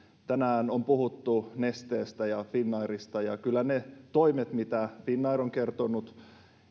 tänään on puhuttu nesteestä ja finnairista ja kyllä ne toimet mitä finnair on kertonut